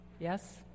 yes